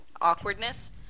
awkwardness